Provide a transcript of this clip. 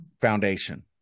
foundation